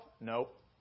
Nope